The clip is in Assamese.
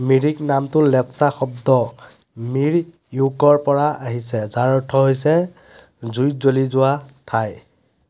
মিৰিক নামটো লেপচা শব্দ মিৰ য়োকৰপৰা আহিছে যাৰ অৰ্থ হৈছে জুইত জ্বলি যোৱা ঠাই